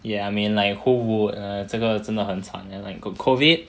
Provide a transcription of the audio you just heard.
ya I mean like who would err 这个真的很惨 and like got COVID